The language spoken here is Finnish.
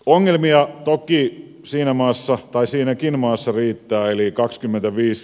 ongelmia toki siinäkin maassa riittää